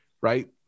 right